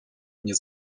mnie